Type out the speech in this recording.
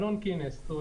אלון קינסט.